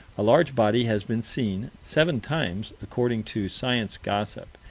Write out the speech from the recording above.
a large body has been seen seven times, according to science gossip,